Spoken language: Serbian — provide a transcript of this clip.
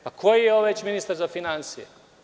Pa koji je već ovo ministar za finansije?